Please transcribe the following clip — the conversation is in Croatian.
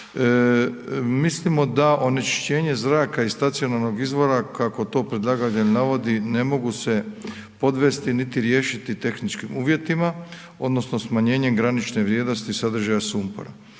Mislimo da onečišćenje zraka iz stacionalnog izvora kako to predlagatelj navodi, ne mogu se podvesti niti riješiti tehničkim uvjetima odnosno smanjenjem granične vrijednosti sadržaja sumpora.